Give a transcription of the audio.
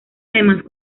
además